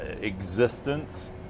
existence